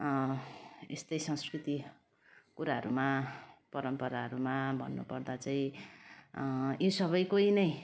यस्तै संस्कृति कुराहरूमा परम्पराहरूमा भन्नुपर्दा चाहिँ यी सबैको नै